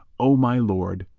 o my lord,